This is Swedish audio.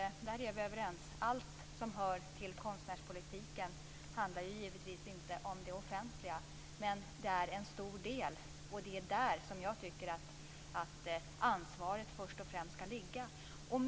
Där är vi överens. Allt som hör till konstnärspolitiken handlar givetvis inte om det offentliga, men det är en stor del. Det är där som jag tycker att ansvaret först och främst skall ligga.